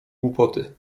głupoty